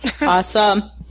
Awesome